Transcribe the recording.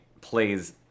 plays